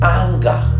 anger